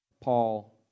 Paul